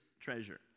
Treasure